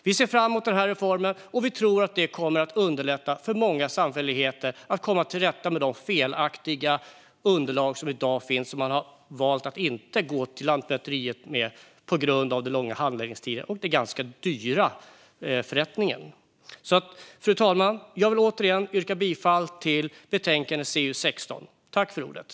Vi ser fram emot den här reformen och tror att den kommer att underlätta för många samfälligheter att komma till rätta med de felaktiga underlag som i dag finns och som man har valt att inte gå till Lantmäteriet med på grund av de långa handläggningstiderna och den ganska dyra förrättningen. Ändring av andelstal i gemensamhetsanlägg-ningar Fru talman! Jag yrkar återigen bifall till utskottets förslag i betänkande CU16.